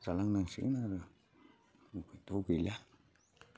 जालां नांसिगोन आरो उफायथ' गैला